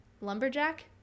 Lumberjack